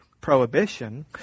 prohibition